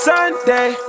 Sunday